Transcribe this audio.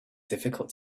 difficult